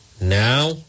now